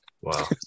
wow